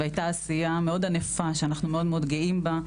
הייתה עשייה מאוד ענפה שאנחנו מאוד מאוד גאים בה,